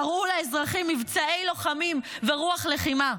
תראו לאזרחים מבצעי לוחמים ורוח לחימה.